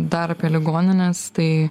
dar apie ligonines tai